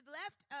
left